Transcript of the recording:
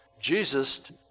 Jesus